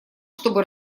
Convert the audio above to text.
чтобы